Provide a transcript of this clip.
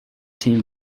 team